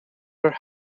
her